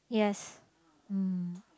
yes mm